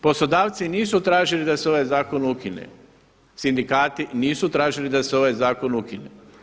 Poslodavci nisu tražili da se ovaj zakon ukine, sindikati nisu tražili da se ovaj zakon ukine.